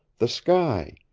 the sky,